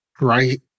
right